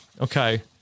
Okay